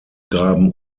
graben